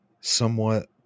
somewhat